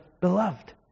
beloved